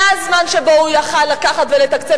זה הזמן שבו הוא יכול היה לקחת ולתקצב